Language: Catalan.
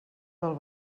del